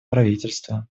правительство